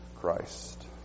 Christ